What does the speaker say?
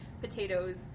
Potatoes